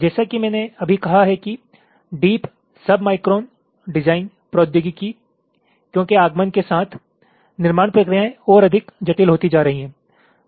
जैसा कि मैंने अभी कहा है कि डीप सबमाइक्रोन डिज़ाइन प्रौद्योगिकियों के आगमन के साथ निर्माण प्रक्रियाएं और अधिक जटिल होती जा रही हैं